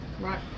Right